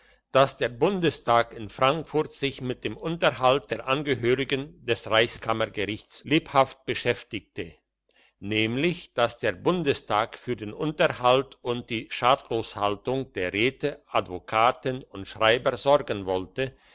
dass der bundestag in frankfurt sich mit dem unterhalt der angehörigen des reichskammergerichts lebhaft beschäftige nämlich dass der bundestag für den unterhalt und die schadloshaltung der räte advokaten und schreiber sorgen wollte